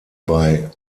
bei